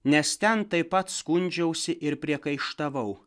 nes ten taip pat skundžiausi ir priekaištavau